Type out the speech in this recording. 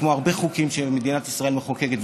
כמו הרבה חוקים שמדינת ישראל מחוקקת,